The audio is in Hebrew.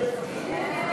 אי-אמון